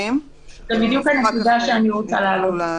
זו בדיוק הנקודה שאני רוצה להעלות.